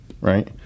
right